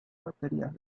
baterías